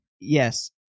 yes